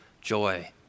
joy